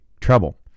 trouble